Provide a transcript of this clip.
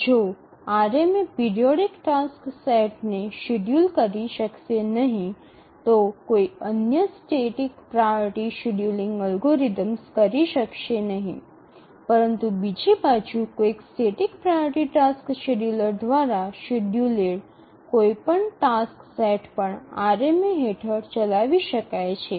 જો RMA periodic tasks સેટને schedule કરી શકશે નહીં તો કોઈ અન્ય સ્ટેટિક પ્રાઓરિટી શેડ્યૂલિંગ અલ્ગોરિધમ્સ કરી શકશે નહીં પરંતુ બીજી બાજુ કોઈપણ સ્ટેટિક પ્રાઓરિટી ટાસક્સ શેડ્યૂલર દ્વારા શેડ્યૂલેડ કોઈપણ ટાસ્ક સેટ પણ આરએમએ હેઠળ ચલાવી શકાય છે